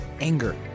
anger